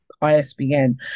ISBN